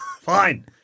Fine